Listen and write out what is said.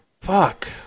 Fuck